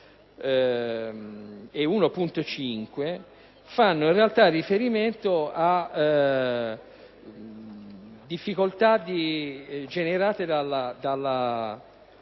e 1.5 fanno, in realtà, riferimento a difficoltà generate dalla